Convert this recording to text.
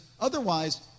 otherwise